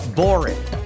boring